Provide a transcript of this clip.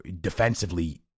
defensively